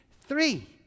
Three